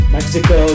Mexico